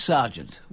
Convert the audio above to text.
Sergeant